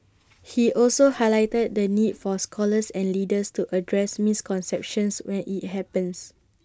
he also highlighted the need for scholars and leaders to address misconceptions when IT happens